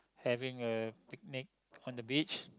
having a picnic on the beach